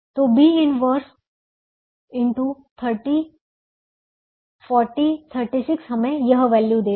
तो B 1 x 30 40 36 हमें यह वैल्यू देगा